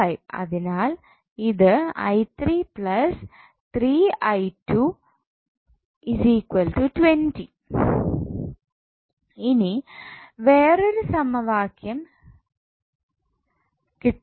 അതിനാൽ ഇത് ഇനി വേറൊരു സമവാക്യം കിട്ടിക്കുക